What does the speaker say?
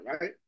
right